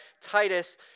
Titus